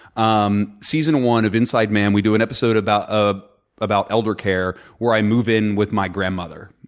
um season one of inside man, we do an episode about ah about elder care where i move in with my grandmother.